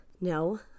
No